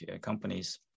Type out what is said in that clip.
companies